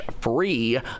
free